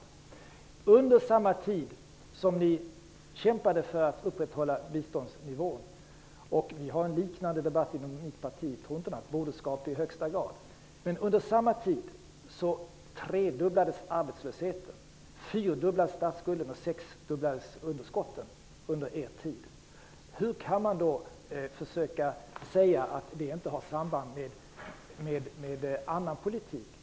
Under samma tid som ni kämpade för att upprätthålla biståndsnivån tredubblades arbetslösheten, statsskulden fyrdubblades och underskotten sexdubblades. Detta skedde under er tid. Hur kan man då försöka säga att det inte har samband med annan politik.